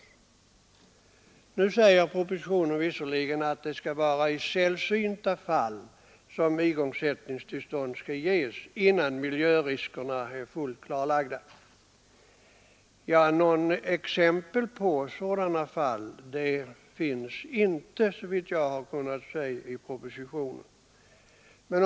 Nu säger propositionen visserligen att det skall vara i sällsynta fall som igångsättningstillstånd skall ges innan miljöriskerna är fullt klarlagda. Något exempel på sådana fall finns inte, såvitt jag har kunnat se, i propositionen.